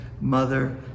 mother